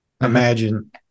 imagine